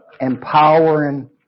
empowering